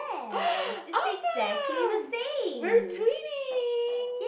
awesome we're twinning